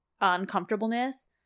uncomfortableness